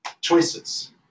choices